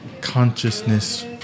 consciousness